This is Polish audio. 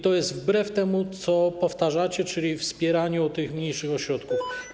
To jest wbrew temu, co powtarzacie, czyli wbrew wspieraniu mniejszych ośrodków.